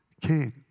king